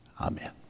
Amen